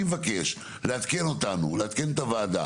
אני מבקש לעדכן את הוועדה,